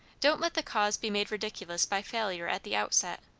don't let the cause be made ridiculous by failure at the outset.